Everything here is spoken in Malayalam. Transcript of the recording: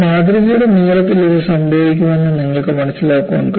മാതൃകയുടെ നീളത്തിൽ ഇത് സംഭവിക്കുമെന്ന് നിങ്ങൾക്ക് മനസിലാക്കാൻ കഴിയും